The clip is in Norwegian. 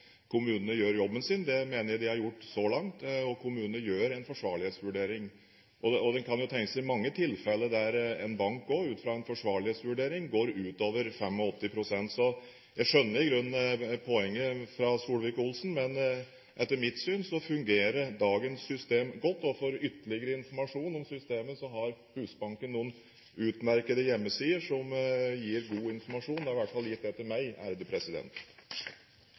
kommunene gjør jobben sin. Det mener jeg de har gjort så langt, og kommunene gjør en forsvarlighetsvurdering. En kan jo tenke seg mange tilfeller der en bank også ut fra en forsvarlighetsvurdering går utover 85 pst. Jeg skjønner i grunnen poenget fra Solvik-Olsen, men etter mitt syn fungerer dagens system godt. For ytterligere informasjon om systemet har Husbanken noen utmerkede hjemmesider som gir god informasjon. De har i hvert fall gitt det til meg.